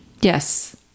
Yes